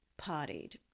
partied